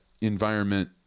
environment